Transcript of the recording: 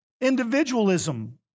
individualism